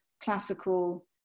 classical